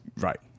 Right